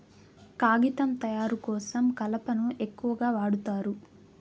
కాగితం తయారు కోసం కలపను ఎక్కువగా వాడుతారు